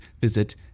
visit